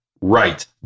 Right